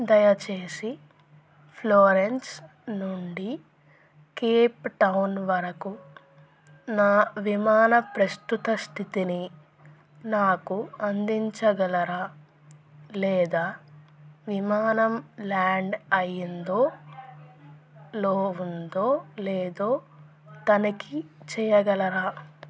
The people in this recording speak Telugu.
దయచేసి ఫ్లోరెన్స్ నుండి కేప్ టౌన్ వరకు నా విమాన ప్రస్తుత స్థితిని నాకు అందించగలరా లేదా విమానం ల్యాండ్ అయిందో లో వుందో లేదో తనిఖీ చేయగలరా